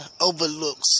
overlooks